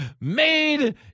Made